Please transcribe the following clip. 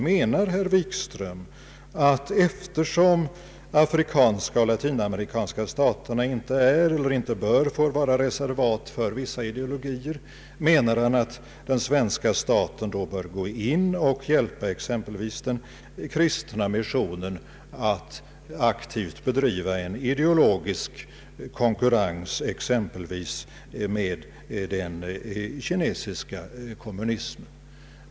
Menar herr Wikström att eftersom de afrikanska och latinamerikanska staterna inte är eller bör få vara reservat för vissa ideologier, så bör svenska staten hjälpa den kristna missionen att aktivt bedriva en ideologisk konkurrens, exempelvis med den kinesiska kommunismen?